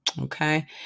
Okay